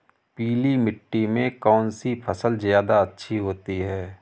पीली मिट्टी में कौन सी फसल ज्यादा अच्छी होती है?